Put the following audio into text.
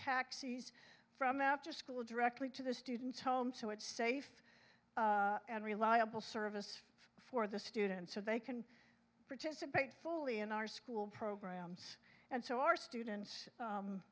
taxis from afterschool directly to the students home so it's safe and reliable service for the students so they can participate fully in our school programs and so our students